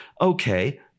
Okay